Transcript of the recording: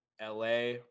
LA